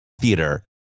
theater